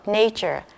nature